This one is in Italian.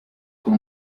con